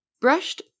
brushed